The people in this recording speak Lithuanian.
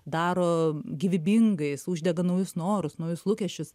daro gyvybingais uždega naujus norus naujus lūkesčius